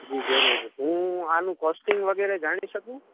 જી જરૂર હું આનું કૉસ્ટિંગ વગેરે જાણી શકું